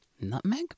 nutmeg